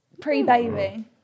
Pre-baby